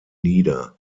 nieder